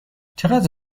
چقدر